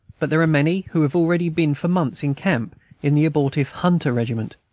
but there are many who have already been for months in camp in the abortive hunter regiment,